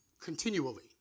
continually